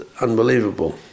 unbelievable